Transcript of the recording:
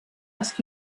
ask